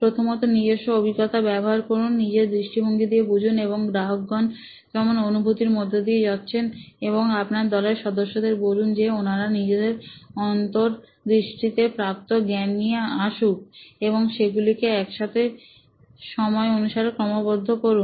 প্রথমত নিজস্ব অভিজ্ঞতা ব্যবহার করুন নিজের দৃষ্টিভঙ্গি দিয়ে বুঝুন যে গ্রাহকগণ কেমন অনুভূতির মধ্য দিয়ে যাচ্ছেন এবং আপনার দলের সদস্যদের বলুন যে ওনারা নিজেদের অন্তর দৃষ্টিতে প্রাপ্ত জ্ঞান নিয়ে আসুক এবং সেগুলিকে একসাথে সময় অনুসারে ক্রম বদ্ধ করুন